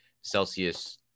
Celsius